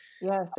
Yes